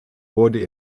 wurde